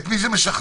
את מי זה משכנע?